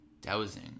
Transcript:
Dowsing